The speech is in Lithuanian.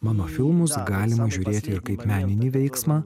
mano filmus galima žiūrėti ir kaip meninį veiksmą